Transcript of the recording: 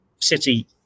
City